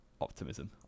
optimism